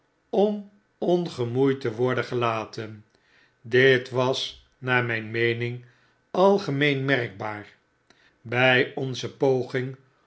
om ongemoeid te worden gelaten dit was naar mijn meening algemeen merkbaar bfl onze poging